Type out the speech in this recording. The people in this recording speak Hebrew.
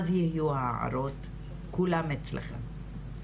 אז יהיו הערות כולם אצלם.